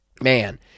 man